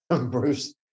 Bruce